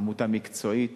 עמותה מקצועית